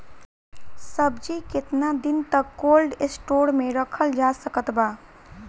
सब्जी केतना दिन तक कोल्ड स्टोर मे रखल जा सकत बा?